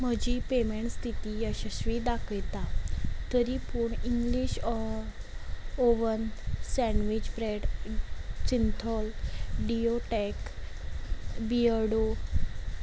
म्हजी पेमेंट स्थिती येसस्वी दाखयता तरी पूण English oven sandwich bread Cinthol डिओटॅक बियर्डो